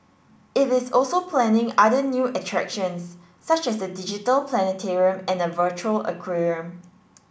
it is also planning other new attractions such as the digital planetarium and a virtual aquarium